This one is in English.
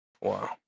Wow